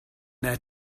their